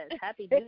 Happy